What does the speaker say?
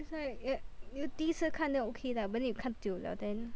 it's like eh 第一次看 then okay lah but then 你看久了 then